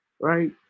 Right